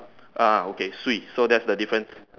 ah okay swee so that's the difference